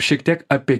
šiek tiek apie